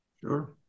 Sure